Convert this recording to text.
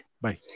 Bye